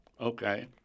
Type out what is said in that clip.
Okay